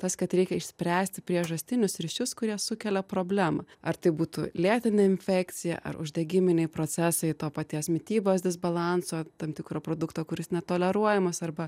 tas kad reikia išspręsti priežastinius ryšius kurie sukelia problemą ar tai būtų lėtinė infekcija ar uždegiminiai procesai to paties mitybos disbalanso tam tikro produkto kuris netoleruojamas arba